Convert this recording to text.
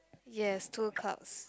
yes two clouds